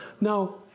Now